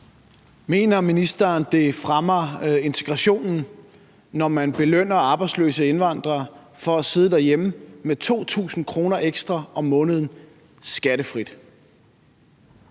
Mener ministeren, det fremmer integrationen, når man belønner arbejdsløse indvandrere for at sidde derhjemme med 2.000 kr. ekstra om måneden skattefrit?